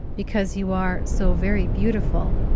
because you are so very beautiful.